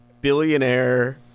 billionaire